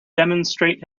demonstrate